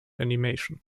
animation